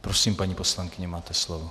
Prosím, paní poslankyně, máte slovo.